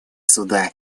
суда